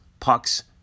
Pucks